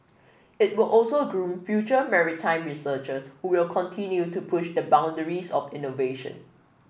it will also groom future maritime researchers who will continue to push the boundaries of innovation